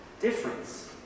difference